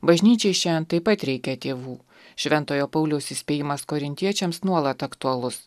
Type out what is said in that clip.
bažnyčiai šiandien taip pat reikia tėvų šventojo pauliaus įspėjimas korintiečiams nuolat aktualus